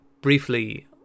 briefly